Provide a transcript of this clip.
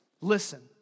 listen